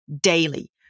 daily